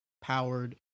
powered